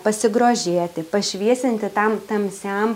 pasigrožėti pašviesinti tam tamsiam